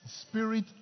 spirit